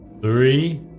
Three